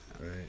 Right